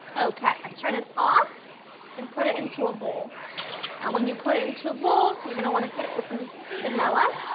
okay. let's turn this off and put it into a bowl now and when you put it into a bowl, you gonna wanna hit it with some vanilla,